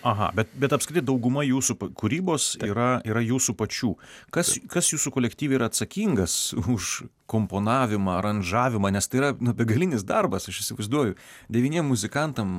aha bet bet apskritai dauguma jūsų pa kūrybos yra yra jūsų pačių kas kas jūsų kolektyve yra atsakingas už komponavimą aranžavimą nes tai yra begalinis darbas aš įsivaizduoju devyniem muzikantam